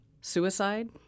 suicide